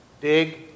Dig